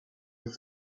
with